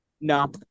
No